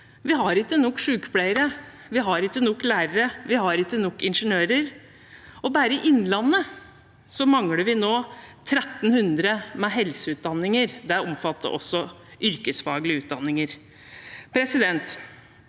Vi har ikke nok sykepleiere, vi har ikke nok lærere, vi har ikke nok ingeniører. Bare i Innlandet mangler vi nå 1 300 med helseutdanning, og det omfatter også yrkesfaglige utdanninger. Det